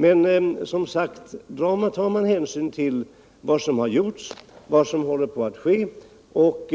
Men tar man, som sagt, hänsyn till vad som har gjorts och vad som håller på att ske och